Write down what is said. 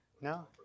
No